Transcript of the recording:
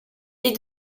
est